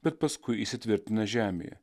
bet paskui įsitvirtina žemėje